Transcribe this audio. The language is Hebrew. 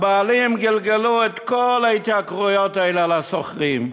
הבעלים גלגלו את כל ההתייקרויות האלה על השוכרים,